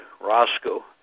Roscoe